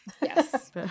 Yes